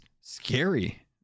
scary